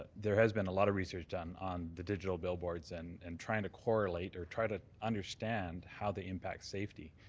there has been a lot of research done on the digital billboards and and trying to correlate or try to understand how they impact safety.